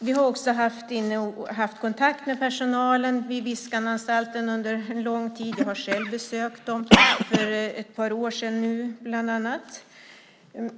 Vi har också haft kontakt med personalen vid Viskananstalten under en lång tid. Jag har bland annat själv besökt dem för ett par år sedan.